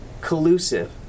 collusive